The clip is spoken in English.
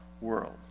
world